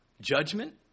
judgment